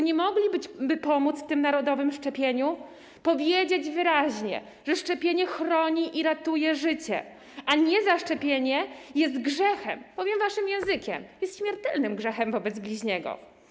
Nie mogliby pomóc w tym narodowym szczepieniu, powiedzieć wyraźnie, że szczepienie chroni i ratuje życie, a niezaszczepienie jest grzechem - powiem waszym językiem - jest śmiertelnym grzechem wobec bliźniego?